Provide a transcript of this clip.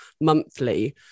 monthly